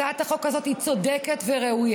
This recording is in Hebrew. הצעת החוק הזו היא צודקת וראויה,